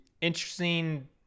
interesting